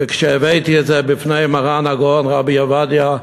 וכשהבאתי את זה בפני מרן הגאון רבי עובדיה,